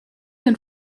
den